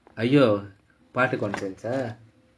!aiyo! பாட்டு:paattu consense ah